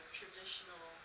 traditional